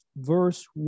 verse